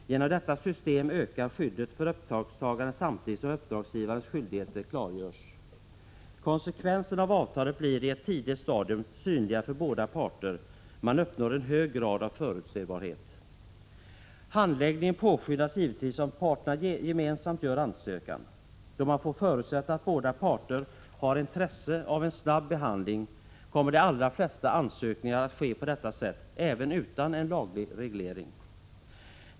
Genom detta system ökar skyddet för uppdragstagaren samtidigt som uppdragsgivarens skyldigheter klargörs. Konsekvenserna av avtalet blir i ett tidigt stadium synliga för båda parter — man uppnår en hög grad av förutsebarhet. Handläggningen påskyndas givetvis om parterna gemensamt gör ansökan. Då man får förutsätta att båda parter har intresse av en snabb behandling, kommer de allra flesta ansökningar att ske på detta sätt även utan laglig reglering.